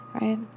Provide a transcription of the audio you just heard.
Right